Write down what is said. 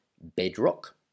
bedrock